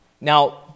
Now